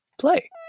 play